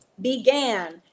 began